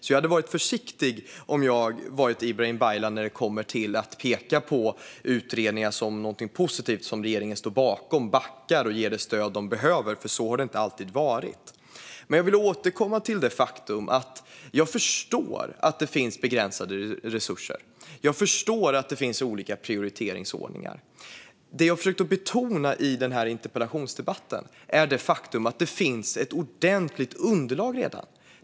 Om jag hade varit Ibrahim Baylan hade jag alltså varit försiktig med att peka på utredningen som något positivt som regeringen står bakom, backar och ger det som stöd som behövs. Så har det nämligen inte alltid varit. Jag förstår att det finns begränsade resurser. Jag förstår att det finns olika prioriteringsordningar. Det jag har försökt att betona i den här interpellationsdebatten är faktumet att det redan finns ett ordentligt underlag.